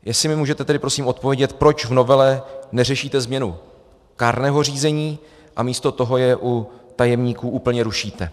Jestli mi můžete tedy prosím odpovědět, proč v novele neřešíte změnu kárného řízení a místo toho je u tajemníků úplně rušíte.